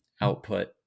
output